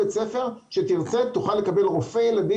את זה להורים ופונות אליהם בפנייה ישירה.